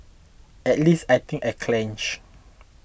at least I think I clenched